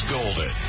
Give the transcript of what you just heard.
Golden